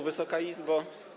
Wysoka Izbo!